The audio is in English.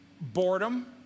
boredom